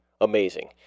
amazing